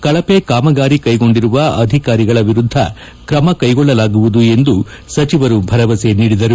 ಕಳಪೆ ಕಾಮಗಾರಿ ಕೈಗೊಂಡಿರುವ ಅಧಿಕಾರಿಗಳ ವಿರುದ್ಧ ತ್ರಮಕೈಗೊಳ್ಳಲಾಗುವುದು ಎಂದು ಸಚಿವರು ಭರವಸೆ ನೀಡಿದರು